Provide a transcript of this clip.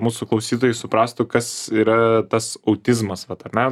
mūsų klausytojai suprastų kas yra tas autizmas vat ane